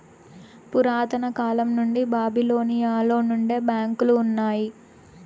పురాతన కాలం నుండి బాబిలోనియలో నుండే బ్యాంకులు ఉన్నాయి